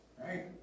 right